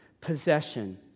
possession